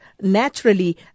naturally